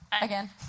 again